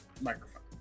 microphone